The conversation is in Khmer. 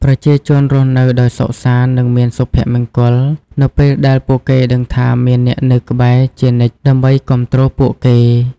ប្រជាជនរស់នៅដោយសុខសាន្ត និងមានសុភមង្គលនៅពេលដែលពួកគេដឹងថាមានអ្នកនៅក្បែរជានិច្ចដើម្បីគាំទ្រពួកគេ។